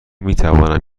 میتوانم